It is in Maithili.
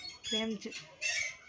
प्रेम च्